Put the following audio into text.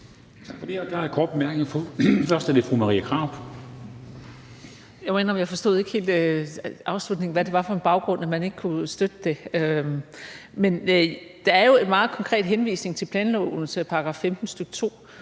helt forstod afslutningen. Hvad var det for en baggrund, man ikke kunne støtte det på? Der er jo en meget konkret henvisning til planlovens § 15, stk. 2,